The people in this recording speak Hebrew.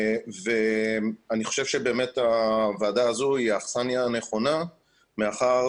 אני חושב שהוועדה הזו היא האכסניה הנכונה מאחר